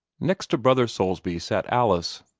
next to brother soulsby sat alice.